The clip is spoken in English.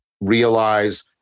realize